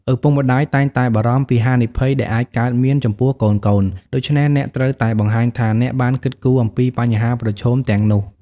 ឪពុកម្ដាយតែងតែបារម្ភពីហានិភ័យដែលអាចកើតមានចំពោះកូនៗ ដូច្នេះ អ្នកត្រូវតែបង្ហាញថាអ្នកបានគិតគូរអំពីបញ្ហាប្រឈមទាំងនោះ។